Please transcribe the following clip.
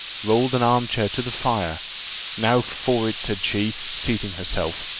rolled an arm-chair to the fire now for it! said she, seating herself.